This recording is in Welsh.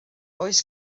oes